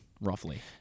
roughly